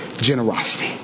generosity